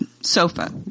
sofa